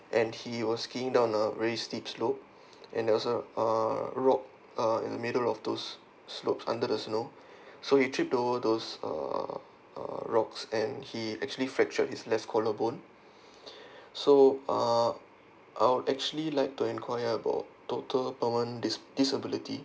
and he was skiing down a very steep slope and there was a uh rock uh in the middle of those slope under the snow so he tripped over those uh uh rocks and he actually fractured his left collarbone so uh I would actually like to inquire about total permanent dis~ disability